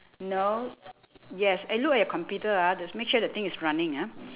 no yes eh look at your computer ah that make sure the thing is running ah